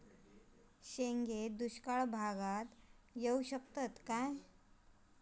शेंगे दुष्काळ भागाक येऊ शकतत काय?